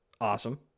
awesome